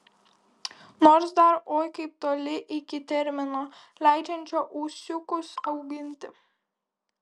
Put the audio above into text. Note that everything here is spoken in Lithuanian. nors dar oi kaip toli iki termino leidžiančio ūsiukus auginti